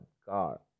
Car